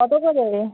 কত করে